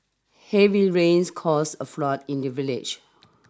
heavy rains caused a flood in the village